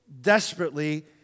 desperately